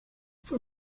fue